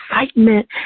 excitement